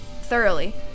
thoroughly